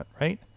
right